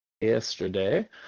yesterday